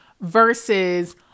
versus